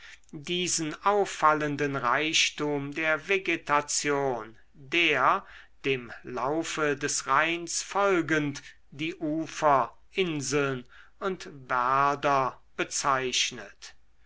diesen auffallenden reichtum der vegetation der dem laufe des rheins folgend die ufer inseln und werder bezeichnet